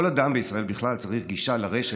כל אדם בישראל בכלל צריך גישה לרשת,